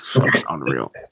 Unreal